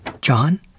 John